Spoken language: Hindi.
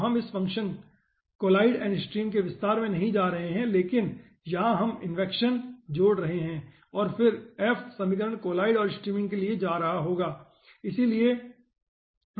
तो हम इस फंक्शन collideAndStream के विस्तार में नहीं जा रहे हैं लेकिन यहाँ हम इक्वेशन जोड़ रहे हैं और फिर f समीकरण कोलॉइड और स्ट्रीमिंग के लिए जा रहा होगा